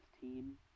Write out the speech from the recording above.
team